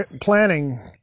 planning